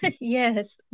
yes